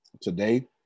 today